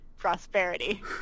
prosperity